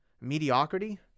mediocrity